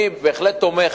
אני בהחלט תומך.